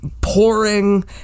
pouring